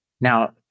Now